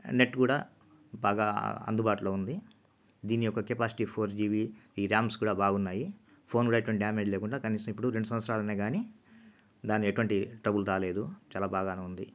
net కూడా బాగా అందుబాటులో ఉంది దీని యొక్క కెపాసిటీ ఫోర్ జీబీ ఈ ర్యామ్స్ కూడా బాగున్నాయి ఫోన్ కూడా ఎటువంటి డ్యామేజ్ లేకుండా కనీసం ఇప్పుడు రెండు సంవత్సరాలు అయిన కానీ దాని ఎటువంటి ట్రబుల్ రాలేదు చాల బాగానే ఉంది